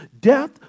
death